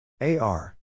A-R